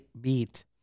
beat